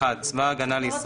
את לא רוצה?